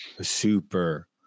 super